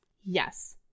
yes